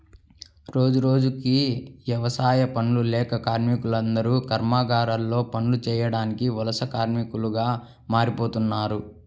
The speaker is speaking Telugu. రోజురోజుకీ యవసాయ పనులు లేక కార్మికులందరూ కర్మాగారాల్లో పనులు చేయడానికి వలస కార్మికులుగా మారిపోతన్నారు